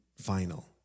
final